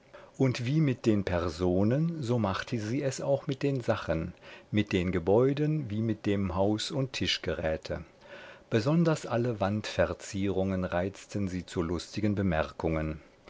und wie mit den personen so machte sie es auch mit den sachen mit den gebäuden wie mit dem haus und tischgeräte besonders alle wandverzierungen reizten sie zu lustigen bemerkungen